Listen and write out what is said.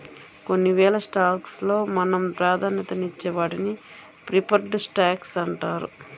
కొన్నివేల స్టాక్స్ లో మనం ప్రాధాన్యతనిచ్చే వాటిని ప్రిఫర్డ్ స్టాక్స్ అంటారు